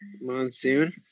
monsoon